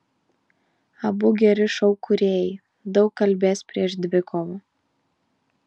abu geri šou kūrėjai daug kalbės prieš dvikovą